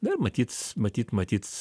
na ir matyt matyt matyt